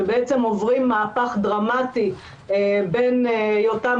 שבעצם עוברים מהפך דרמטי בין היותם